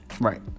Right